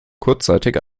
kurzzeitig